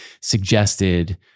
suggested